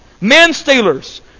Men-stealers